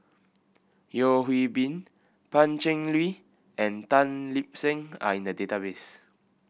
Yeo Hwee Bin Pan Cheng Lui and Tan Lip Seng are in the database